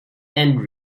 and